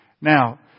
Now